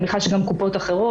אני מניחה שגם קופות אחרות,